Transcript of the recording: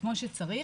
כמו שצריך,